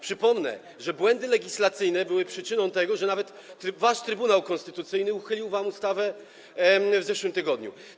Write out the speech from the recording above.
Przypomnę, że błędy legislacyjne były przyczyną tego, że nawet wasz Trybunał Konstytucyjny uchylił wam w zeszłym tygodniu ustawę.